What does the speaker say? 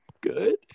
good